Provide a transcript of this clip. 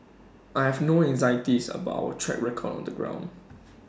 I have no anxieties about our track record on the ground